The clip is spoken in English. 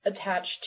attached